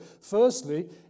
Firstly